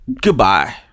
Goodbye